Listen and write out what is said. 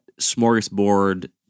smorgasbord